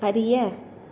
அறிய